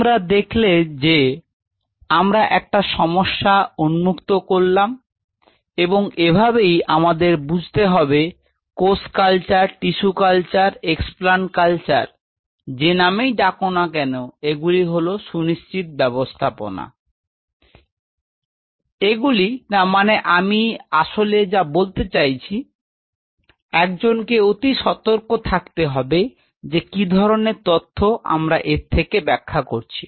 তোমরা দেখলে যে আমরা একটা সমস্যা উন্মুক্ত করলাম এবং এভাবেই আমাদের বুঝতে হবে কোষ culture tissue culture explant culture যে নামেই ডাক না কেন এগুলি হল সুনিশ্চিত ব্যাবস্থাপনা এগুলি না মানে আমি আসলে বলতে চাই একজনকে অতি সতর্ক থাকতে হবে যে কি ধরনের তথ্য আমরা এর থেকে ব্যাখ্যা করছি